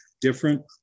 different